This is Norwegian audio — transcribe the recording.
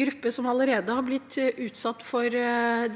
gruppe som allerede har blitt utsatt for